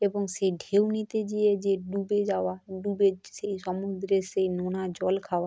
এবং সে ঢেউ নিতে গিয়ে যে ডুবে যাওয়া ডুবে সেই সমুদ্রে সেই নোনা জল খাওয়া